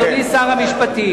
אדוני שר המשפטים,